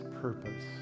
purpose